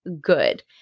good